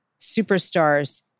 superstars